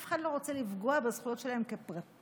אף אחד לא רוצה לפגוע בזכויות שלהם כפרטים,